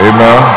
Amen